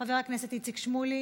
חבר הכנסת איציק שמולי,